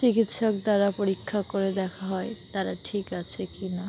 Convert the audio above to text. চিকিৎসক দ্বারা পরীক্ষা করে দেখা হয় তারা ঠিক আছে কি না